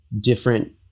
different